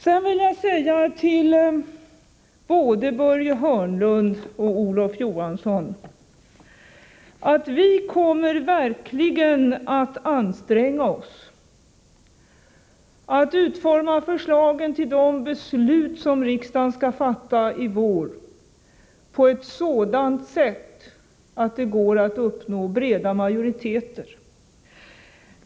Sedan vill jag säga till både Börje Hörnlund och Olof Johansson att vi kommer verkligen att anstränga oss att utforma förslagen till de beslut som riksdagen skall fatta i vår på ett sådant sätt att det går att uppnå breda majoriteter.